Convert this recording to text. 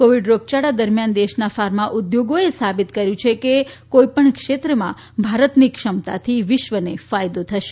Covid રોગયાળા દરમ્યાન દેશના ફાર્મા ઉદ્યોગોએ સાબિત કર્યું છે કે કોઇ પણ ક્ષેત્રમાં ભારતની ક્ષમતાથી વિશ્વને ફાયદો થશે